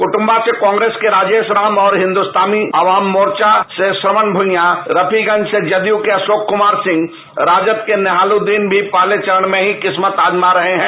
कुटुबा से कांग्रेस के राजेश राम और हिंदुस्तानी अवाम मोर्चा से श्रवण भुइयां रफीगंज से जदयू के अरोक कुमार सिंह राजद के नेहाल उद्दीन भी पहले चरण में ही किस्मत आजमा रहे हैं